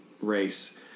race